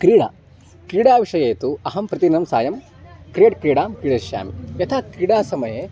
क्रीडा क्रीडा विषये तु अहं प्रतिदिनं सायं क्रेड् क्रीडां क्रीडयिष्यामि यथा क्रीडा समये